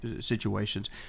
situations